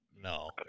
No